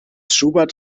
schubert